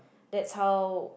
that's how